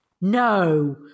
no